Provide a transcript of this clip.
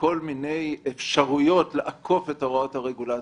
כל מיני אפשרויות לעקוף את הוראות הרגולטור.